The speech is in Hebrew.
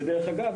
ודרך אגב,